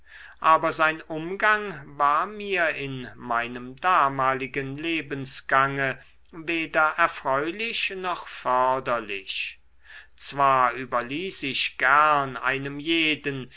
aber sein umgang war mir in meinem damaligen lebensgange weder erfreulich noch förderlich zwar überließ ich gern einem jeden